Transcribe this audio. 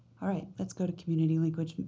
all right. let's go to community linkage,